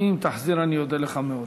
אם תחזיר, אני אודה לך מאוד.